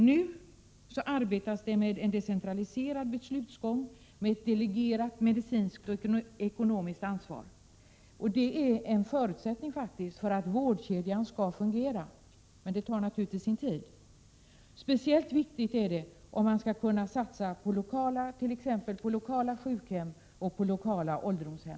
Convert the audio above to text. Nu arbetas det med en decentraliserad beslutsgång, med ett delegerat medicinskt och ekonomiskt ansvar. Det är faktiskt en förutsättning för att vårdkedjan skall fungera, men det tar naturligtvis sin tid att åstadkomma en sådan organisation. Men det är speciellt viktigt om man vill kunna satsa på t.ex. lokala sjukhem och ålderdomshem.